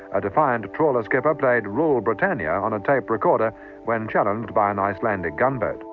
a defiant trawler skipper played rule britannia on a tape recorder when challenged by an icelandic gunboat.